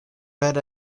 read